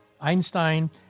Einstein